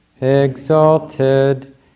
exalted